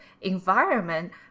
environment